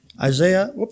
Isaiah